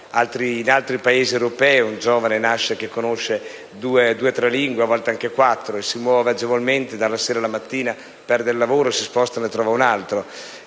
In altri Paesi europei i giovani conoscono due o tre lingue, a volte anche quattro, si muovono agevolmente dalla sera alla mattina e se perdono il lavoro si spostano e ne trovano un altro.